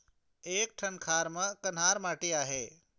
एक ठन खार म कन्हार माटी आहे?